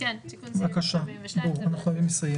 בבקשה, אנחנו חייבים לסיים.